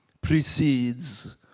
precedes